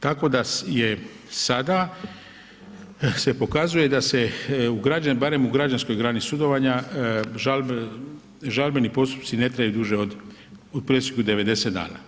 Tako da je sada, se pokazuje da se u, barem u građanskoj grani sudovanja žalbeni postupci ne traju duže u prosjeku 90 dana.